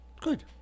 Good